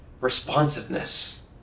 Responsiveness